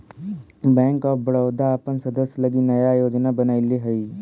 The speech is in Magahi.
बैंक ऑफ बड़ोदा अपन सदस्य लगी नया योजना बनैले हइ